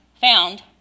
found